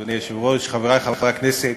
אדוני היושב-ראש, תודה רבה לך, חברי חברי הכנסת,